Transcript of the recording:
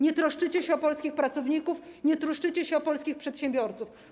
Nie troszczycie się o polskich pracowników, nie troszczycie się o polskich przedsiębiorców.